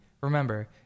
Remember